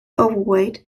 overweight